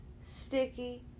sticky